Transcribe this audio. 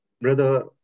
Brother